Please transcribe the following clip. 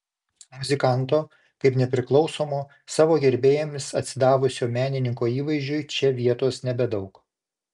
muzikanto kaip nepriklausomo savo gerbėjams atsidavusio menininko įvaizdžiui čia vietos nebedaug